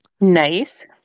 Nice